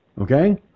Okay